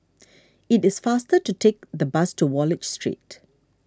it is faster to take the bus to Wallich Street